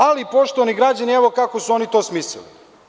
Ali, poštovani građani evo kako su oni to smislili.